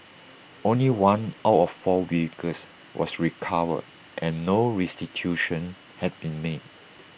only one out of four vehicles was recovered and no restitution had been made